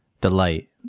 delight